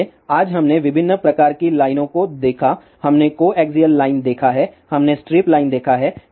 इसलिए आज हमने विभिन्न प्रकार की लाइनओं को देखा है हमने कोएक्सियल लाइन देखा है हमने स्ट्रिप लाइन देखा है